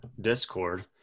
Discord